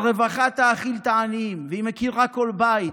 הרווחה תאכיל את העניים, היא מכירה כל בית.